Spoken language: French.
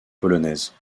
polonaise